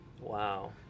Wow